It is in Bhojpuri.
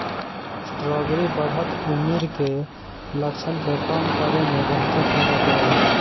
स्ट्राबेरी बढ़त उमिर के लक्षण के कम करे में बहुते फायदा करेला